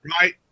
right